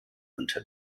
unter